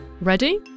Ready